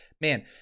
Man